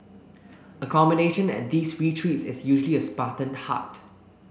accommodation at these retreats is usually a spartan hut